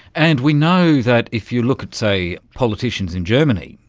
and we know that if you look at, say, politicians in germany,